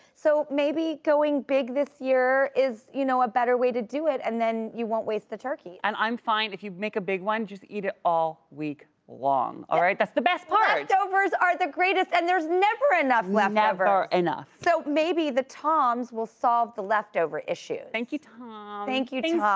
so maybe going big this year is, you know, a better way to do it and then you won't waste the turkeys. and i'm fine if you make a big one, just eat it all week long, all right? that's the best part! leftovers are the greatest and there's never enough leftovers! um never enough. so maybe the toms will solve the leftover issues. thank you, toms! thank you, toms! ah